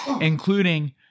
including